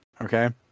Okay